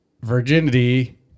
virginity